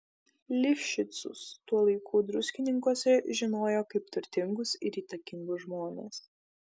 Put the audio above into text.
lifšicus tuo laiku druskininkuose žinojo kaip turtingus ir įtakingus žmones